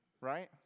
right